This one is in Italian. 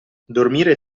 dormire